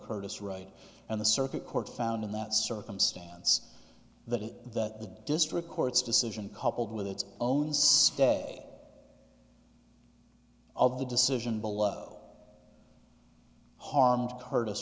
curtis wright and the circuit court found in that circumstance that it that the district court's decision coupled with its own stead of the decision below harmed curtis